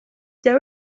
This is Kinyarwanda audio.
jya